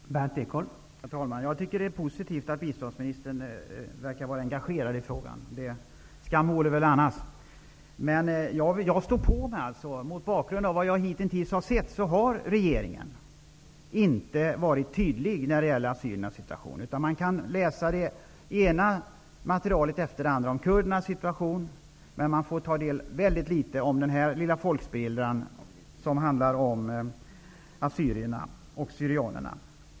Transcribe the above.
Herr talman! Jag tycker att det är positivt att biståndsministern verkar vara engagerad i frågan. Skam vore väl annars. Jag står på mig alltså. Mot bakgrund av vad jag hittills har sett har regeringen inte varit tydlig när det gäller assyriernas situation. Man kan läsa det ena materialet efter det andra om kurdernas situation, men man får ta del väldigt litet om den lilla folkspillra som handlar om assyrierna och syrianerna.